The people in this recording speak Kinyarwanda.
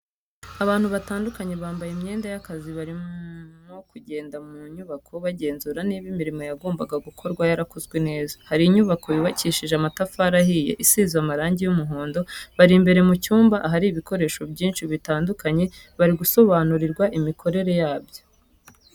Abantu batandukanye bambaye imyenda y'akazi barimo kugenda mu nyubako bagenzura niba imirimo yagombaga gukorwa yarakozwe neza, hari inyubako yubakishije amatafari ahiye isize amarangi y'umuhondo, bari imbere mu cyumba ahari ibikoresho byinshi bitandukanye bari gusobanurirwa imikorere yabyo.